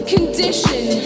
Condition